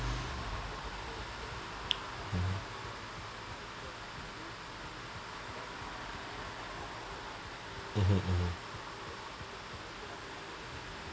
mmhmm mmhmm mmhmm